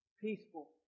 peaceful